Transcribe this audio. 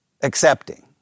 accepting